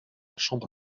chambre